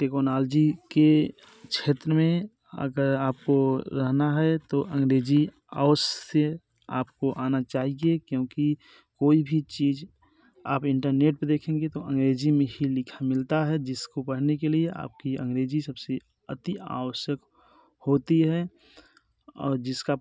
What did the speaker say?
technology के क्षेत्र में अगर आप को रहना है तो अंग्रेज़ी अवश्य आप को आना चाहिए क्योंकि कोई भी चीज़ आप इंटरनेट पर देखेंगे तो अंग्रेज़ी मे ही लिखा मिलता है जिसको पढ़ने के लिए आप की अंग्रेज़ी सब से अति आवश्यक होती है और जिसका